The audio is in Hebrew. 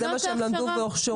לזה הם למדו והוכשרו.